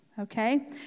Okay